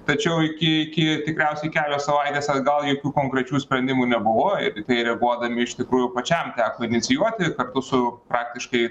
tačiau iki iki tikriausiai kelios savaitės atgal jokių konkrečių sprendimų nebuvo ir į tai reaguodami iš tikrųjų pačiam teko inicijuoti kartu su praktiškai